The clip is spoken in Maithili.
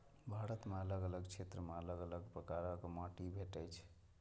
भारत मे अलग अलग क्षेत्र मे अलग अलग प्रकारक माटि भेटै छै